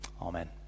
Amen